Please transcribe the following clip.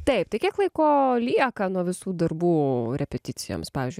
taip tai kiek laiko lieka nuo visų darbų repeticijoms pavyzdžiui